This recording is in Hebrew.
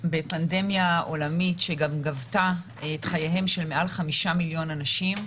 בפנדמיה עולמית שגבתה את חייהם של מעל 5 מיליון אנשים,